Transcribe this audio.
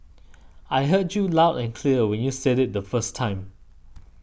I heard you loud and clear when you said it the first time